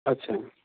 अच्छा